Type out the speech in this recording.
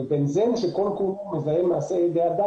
אבל בנזן שכל כולו מזהם ידי אדם,